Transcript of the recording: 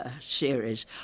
series